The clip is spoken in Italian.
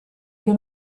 che